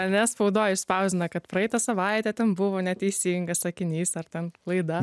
ane spaudoj išspausdina kad praeitą savaitę ten buvo neteisingas sakinys ar ten klaida